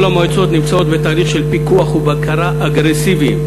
כל המועצות נמצאות בתהליך של פיקוח ובקרה אגרסיביים.